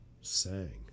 sang